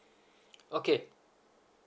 okay